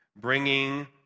bringing